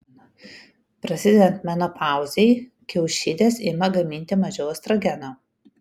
prasidedant menopauzei kiaušidės ima gaminti mažiau estrogeno